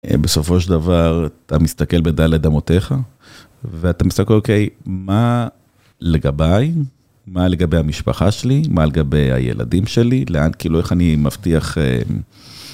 בסופו של דבר, אתה מסתכל בדלת אמותיך ואתה מסתכל, אוקיי, מה לגביי? מה לגבי המשפחה שלי? מה לגבי הילדים שלי? לאן, כאילו, איך אני מבטיח...